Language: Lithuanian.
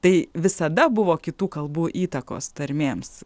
tai visada buvo kitų kalbų įtakos tarmėms